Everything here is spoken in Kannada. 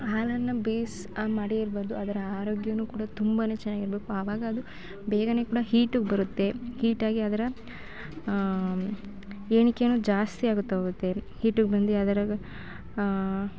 ಹಾಲನ್ನು ಬೇಯಿಸಿ ಮಾಡಿರ್ಬಾರ್ದು ಅದರ ಆರೋಗ್ಯನೂ ಕೂಡ ತುಂಬನೇ ಚೆನ್ನಾಗಿರ್ಬೇಕು ಅವಾಗ ಅದು ಬೇಗನೇ ಕೂಡ ಹೀಟಿಗೆ ಬರುತ್ತೆ ಹೀಟಾಗಿ ಅದರ ಎಣಿಕೆಯೂ ಜಾಸ್ತಿಯಾಗುತ್ತಾ ಹೋಗುತ್ತೆ ಹೀಟ್ಗೆ ಬಂದು ಅದರ